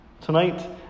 Tonight